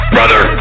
Brother